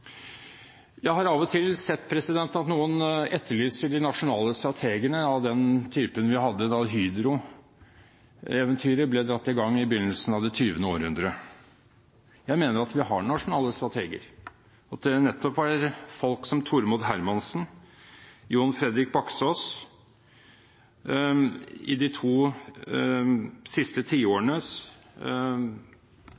Jeg har av og til sett at noen etterlyser de nasjonale strategene av den typen vi hadde da Hydro-eventyret ble dratt i gang i begynnelsen av det 20. århundret. Jeg mener at vi har nasjonale strateger, og at det nettopp var folk som Tormod Hermansen og Jon Fredrik Baksaas som i de to siste